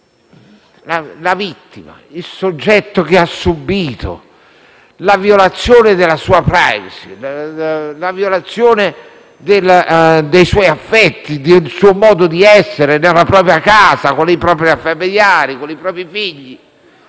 la vittima, il soggetto che ha subito la violazione della propria *privacy*, dei propri affetti, del proprio modo di essere, della propria casa con i propri familiari e con i propri figli,